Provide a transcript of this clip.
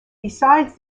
besides